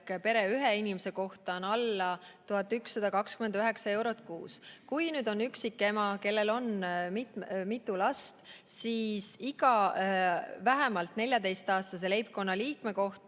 peres ühe inimese kohta alla 1129 euro kuus. Kui on tegemist üksikemaga, kellel on mitu last, siis iga vähemalt 14‑aastase leibkonnaliikme